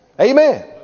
Amen